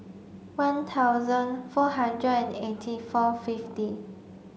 one thousand four hundred and eighty four fifty